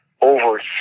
Over